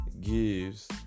gives